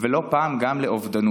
ולא פעם גם לאובדנות.